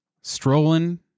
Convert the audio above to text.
strolling